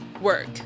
work